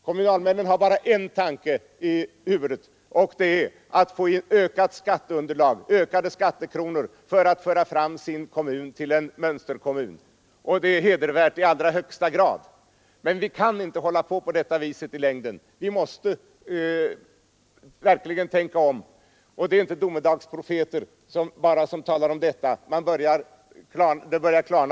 Kommunalmännen har bara en sak i tankarna: ökade skattekronor för att få fram kommunen till en mönsterkommun. Det är hedervärt i högsta grad, men vi kan inte hålla på så i längden. Vi måste tänka om. Det är inte bara domedagsprofeter som talar om detta, det börjar klarna för allt fler nu.